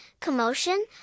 commotion